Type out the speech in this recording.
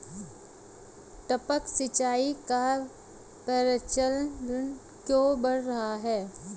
टपक सिंचाई का प्रचलन क्यों बढ़ रहा है?